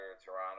Toronto